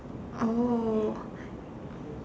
oh